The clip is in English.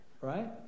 right